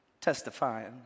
testifying